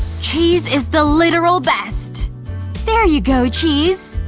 cheese is the literal best there you go, cheese.